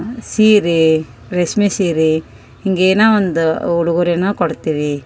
ಸೀರೆ ರೇಷ್ಮೆ ಸೀರೆ ಹಿಂಗೆ ಏನೋ ಒಂದು ಉಡುಗೊರೆನ ಕೊಡ್ತೀವಿ